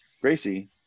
Gracie